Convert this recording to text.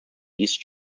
east